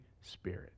Spirit